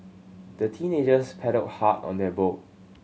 the teenagers paddled hard on their boat